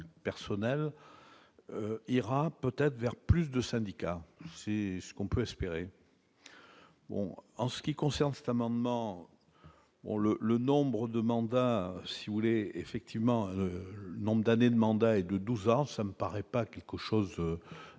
personnel ira peut-être vers plus de syndicats, c'est ce qu'on peut espérer bon en ce qui concerne cet amendement pour le le nombre de mandats si vous voulez effectivement le le nombre d'années de mandat est de 12 ans ça me paraît pas quelque chose